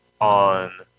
on